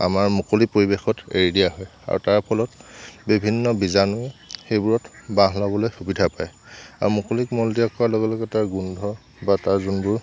আমাৰ মুকলি পৰিৱেশত এৰি দিয়া হয় আৰু তাৰ ফলত বিভিন্ন বীজাণু সেইবোৰত বাহ ল'বলৈ সুবিধা পায় আৰু মুকলিত মলত্যাগ কৰাৰ লগে লগে তাৰ গোন্ধ বা তাৰ যোনবোৰ